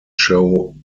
show